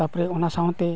ᱛᱟᱨᱯᱚᱨᱮ ᱚᱱᱟ ᱥᱟᱶᱛᱮ